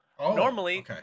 normally